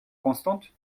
constante